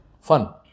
Fun